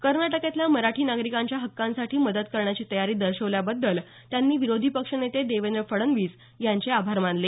कर्नाटकातल्या मराठी नागरिकांच्या हक्कांसाठी मदत करण्याची तयारी दर्शवल्याबद्दल त्यांनी विरोधी पक्षनेते देवेंद्र फडणवीस यांचे आभार मानले